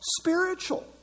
spiritual